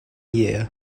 year